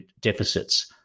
deficits